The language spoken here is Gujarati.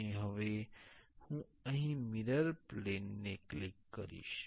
અને હવે હું અહીં મિરર પ્લેન ને ક્લિક કરીશ